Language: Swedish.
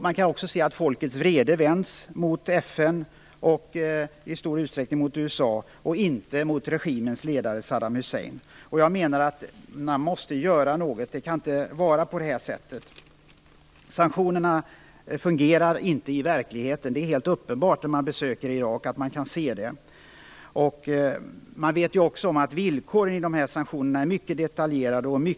Man kan ockskå se att folkets vrede vänds mot FN och i stor utsträckning mot USA - inte mot regimens ledare Saddam Hussein. Man måste göra något. Det kan inte vara på det här sättet. Sanktionerna fungerar inte i verkligheten; det är helt uppenbart när man besöker Irak. Villkoren i sanktionerna är ju mycket detaljerade och hårda.